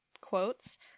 quotes